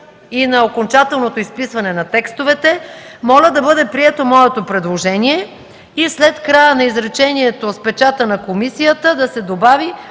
и на окончателното изписване на текстовете, моля да бъде прието моето предложение и след края на изречението „с печата на комисията” да се добави